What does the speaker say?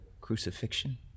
crucifixion